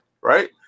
right